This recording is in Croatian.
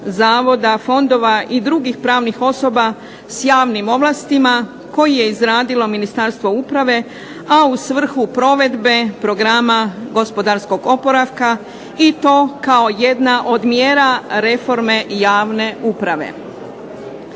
zavoda, fondova i drugih pravnih osoba s javnim ovlastima koje je izradilo Ministarstvo uprave, a u svrhu provedbe Programa gospodarskog oporavka i to kao jedna od mjera reforme javne uprave.